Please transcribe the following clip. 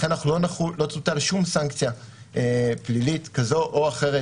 לכן לא תוטל שום סנקציה פלילית כזאת או אחרת,